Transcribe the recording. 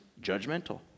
Judgmental